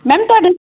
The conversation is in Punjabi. ਮੈਮ ਤੁਹਾਡੇ